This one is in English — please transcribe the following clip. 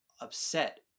upset